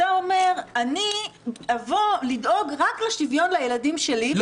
אתה אומר: אני אדאג רק לשוויו לילדים שלי,